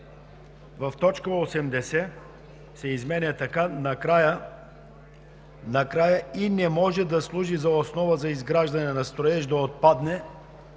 в „Точка 80 се изменя така:“ Текстът накрая „и не може да служи за основа за изграждане на строеж“ да отпадне,